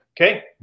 Okay